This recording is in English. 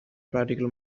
practical